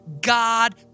God